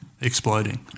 exploding